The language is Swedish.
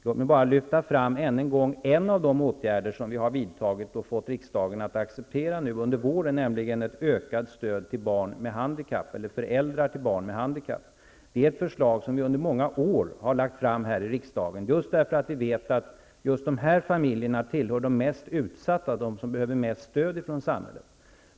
Låt mig bara än en gång lyfta fram en av de åtgärder som vi har vidtagit och fått riksdagen att acceptera nu under våren, nämligen ett ökat stöd till föräldrar till barn med handikapp. Det är ett förslag som vi under många år har lagt fram här i riksdagen därför att vi vet att just de här familjerna tillhör de mest utsatta, dem som behöver mest stöd från samhället.